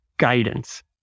guidance